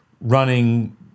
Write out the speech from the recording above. running